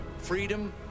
Freedom